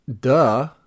duh